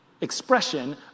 expression